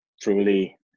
truly